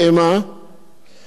הם לא ידעו פרטים מדויקים,